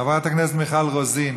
חברת הכנסת מיכל רוזין,